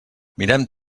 mirem